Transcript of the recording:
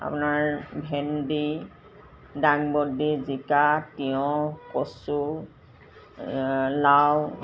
আপোনাৰ ভেন্দি দাংবদি জিকা তিঁয়হ কচু লাও